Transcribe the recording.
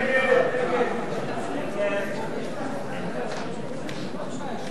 ההסתייגויות של קבוצת חד"ש לסעיף 38,